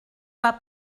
pas